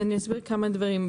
אסביר כמה דברים.